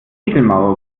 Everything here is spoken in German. ziegelmauer